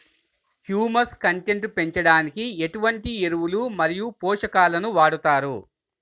Humus content పెంచడానికి ఎటువంటి ఎరువులు మరియు పోషకాలను వాడతారు?